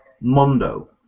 Mondo